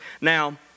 Now